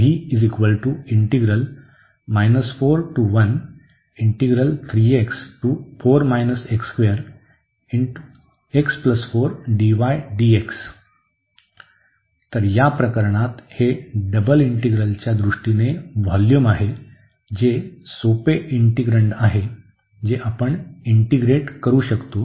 तर या प्रकरणात हे डबल इंटीग्रलच्या दृष्टीने व्होल्यूम आहे जे सोपे इंटीग्रन्ड आहे जे आपण इंटीग्रेट करू शकतो